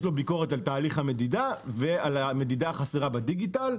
לו ביקורת על תהליך המדידה ועל המדידה החסרה בדיגיטל.